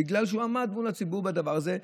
בגלל שהוא עמד מול הציבור בדבר הזה.